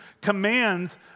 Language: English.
commands